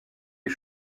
est